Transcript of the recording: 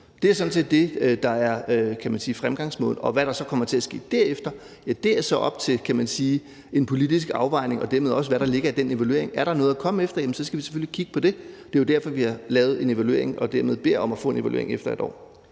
Det er sådan set det, der er fremgangsmåden, og hvad der så kommer til at ske derefter, er så op til en politisk afvejning og dermed også, hvad der ligger i den evaluering. Er der noget at komme efter, skal vi selvfølgelig kigge på det. Det er jo derfor, vi har lavet en evaluering og dermed beder om at få en evaluering efter et år.